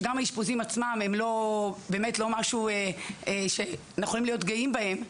שגם האשפוזים עצמם הם לא משהו שאנחנו יכולים להיות גאים בהם,